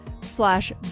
slash